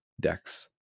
decks